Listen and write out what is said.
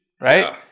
right